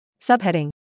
Subheading